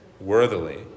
worthily